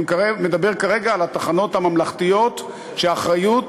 אני מדבר כרגע על התחנות הממלכתיות שהאחריות